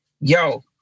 yo